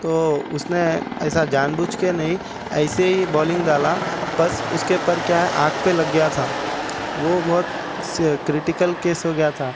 تو اس نے ایسا جان بوجھ کے نہیں ایسے ہی بولنگ ڈالا پس اس کے پر کیا ہے آنکھ پہ لگ گیا تھا وہ بہت کریٹکل کیس ہو گیا تھا